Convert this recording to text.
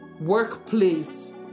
workplace